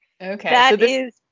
Okay